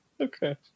Okay